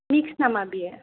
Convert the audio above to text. mix नामा बेयो